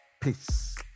Peace